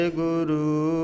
guru